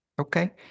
Okay